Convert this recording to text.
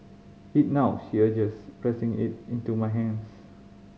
eat now she urges pressing it into my hands